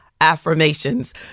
affirmations